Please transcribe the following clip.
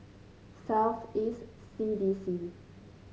South East C D C